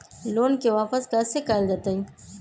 Loan के वापस कैसे कैल जतय?